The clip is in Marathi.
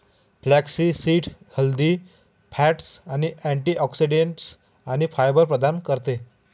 फ्लॅक्ससीड हेल्दी फॅट्स, अँटिऑक्सिडंट्स आणि फायबर प्रदान करते